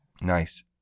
Nice